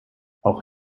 auch